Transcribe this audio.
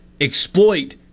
exploit